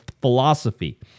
philosophy